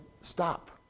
stop